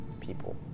people